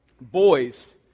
boys